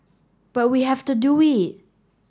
but we have to do it